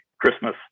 Christmas